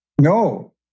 No